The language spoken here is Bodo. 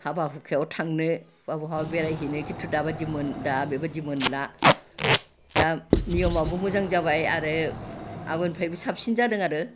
हाबा हुखायाव थांनो बा बहाबा बेरायहैनो खिन्थु दाबायदि मोन दा बेबायदि मोनला दा नियमाबो मोजां जाबाय आरो आवगायनिफ्रायबो साबसिन जादों आरो